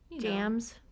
jams